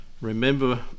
Remember